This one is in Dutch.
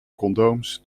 condooms